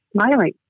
smiling